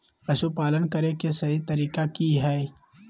पशुपालन करें के सही तरीका की हय?